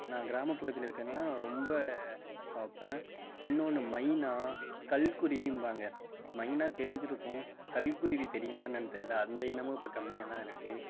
நான் கிராமப்பகுதியில இருக்கிறதனால நான் ரொம்ப பார்ப்பேன் இன்னோன்று மைனா கல்க்குருவிம்பாங்க மைனா தெரிஞ்சியிருக்கும் கல்க்குருவி தெரியுமா என்னான்னு தெரியல அந்த இனமும் இப்போ கம்மியாகதான் இருக்கு